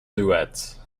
duets